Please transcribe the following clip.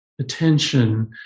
attention